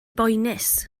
boenus